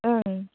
ओं